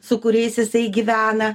su kuriais jisai gyvena